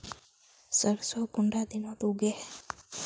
सरसों कुंडा दिनोत उगैहे?